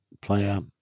player